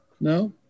no